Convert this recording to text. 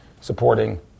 supporting